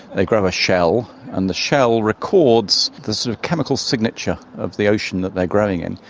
they grow a shell, and the shell records the sort of chemical signature of the ocean that they are growing in,